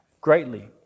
greatly